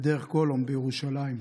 בדרך גולומב בירושלים.